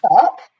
up